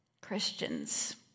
Christians